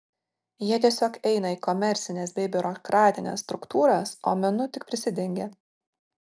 jie tiesiog eina į komercines bei biurokratines struktūras o menu tik prisidengia